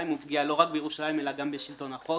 הוא פגיעה לא רק בירושלים אלא גם בשלטון החוק.